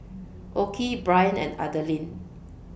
Okey Bryan and Adaline